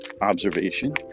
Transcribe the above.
observation